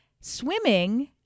Swimming